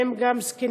ובהם גם זקנים,